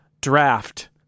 draft